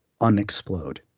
unexplode